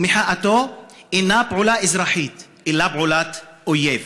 ומחאתו אינה פעולה אזרחית אלא פעולת אויב.